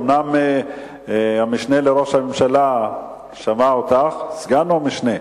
אומנם המשנה לראש הממשלה שמע אותך, סגן או משנה?